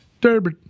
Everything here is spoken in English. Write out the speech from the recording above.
Derby